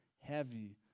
heavy